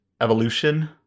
evolution